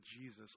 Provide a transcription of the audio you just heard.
Jesus